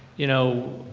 you know,